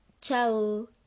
Ciao